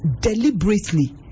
Deliberately